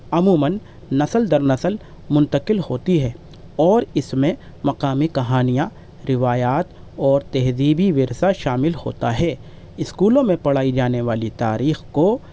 عموماً نسل در نسل منتقل ہوتی ہے اور اس میں مقامی کہانیاں روایات اور تہذیبی ورثہ شامل ہوتا ہے اسکولوں میں پڑھائی جانے والی تاریخ کو